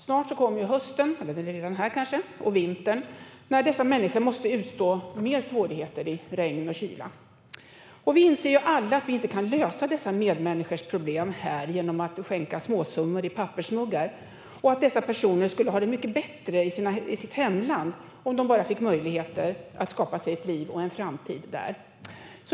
Snart kommer hösten - den kanske redan är här - och sedan vintern, då dessa människor måste utstå mer svårigheter i regn och kyla. Vi inser alla att vi inte kan lösa dessa medmänniskors problem här genom att skänka småsummor i pappersmuggar och att dessa personer skulle ha det mycket bättre i sitt hemland, om de bara fick möjligheter att skapa sig ett liv och en framtid där.